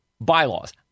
bylaws